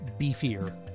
beefier